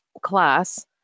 class